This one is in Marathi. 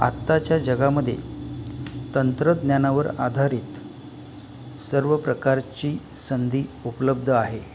आत्ताच्या जगामध्ये तंत्रज्ञानावर आधारित सर्व प्रकारची संधी उपलब्ध आहे